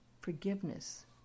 forgiveness